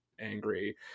angry